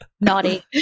naughty